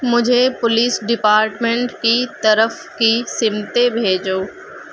مجھے police department کی طرف کی سمتیں بھیجو